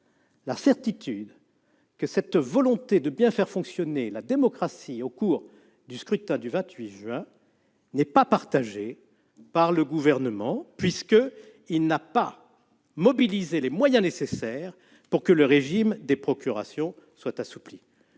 -la certitude que cette volonté de bien faire fonctionner la démocratie au cours du scrutin du 28 juin n'est pas partagée par le Gouvernement, puisqu'il n'a pas mobilisé les moyens nécessaires pour que le régime des procurations soit assoupli